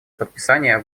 подписания